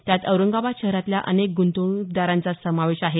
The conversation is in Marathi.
त्यात औरंगाबाद शहरातल्या अनेक ग्रंतवणूकदारांचा समावेश आहे